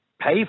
Pay